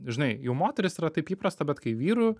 žinai jau moterys yra taip įprasta bet kai vyrų